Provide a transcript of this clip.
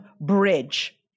bridge